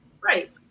Right